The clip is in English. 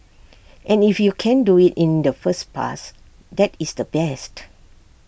and if you can do IT in the first pass that is the best